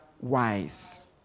wise